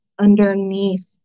underneath